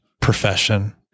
profession